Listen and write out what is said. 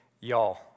y'all